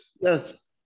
yes